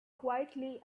quietly